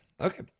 okay